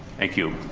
thank you.